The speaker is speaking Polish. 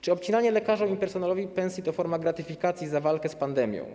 Czy obcinanie lekarzom i personelowi pensji to forma gratyfikacji za walkę z pandemią?